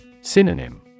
Synonym